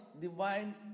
divine